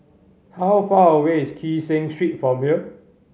how far away is Kee Seng Street from here